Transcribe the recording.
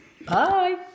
Bye